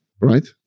Right